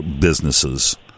businesses